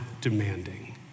demanding